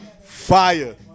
Fire